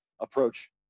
approach